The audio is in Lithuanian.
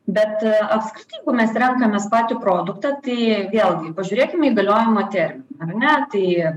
bet apskritai mes renkamės patį produktą tai vėlgi pažiūrėkime į galiojimo terminą ar ne tai